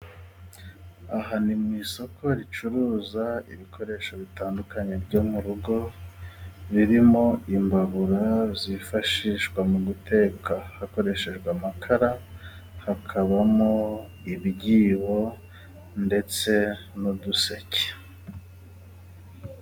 Aha ni mu isoko ricuruza ibikoresho bitandukanye byo mu rugo, birimo imbabura zifashishwa mu guteka hakoreshejwe amakara. Hakabamo ibyibo ndetse n'uduseke.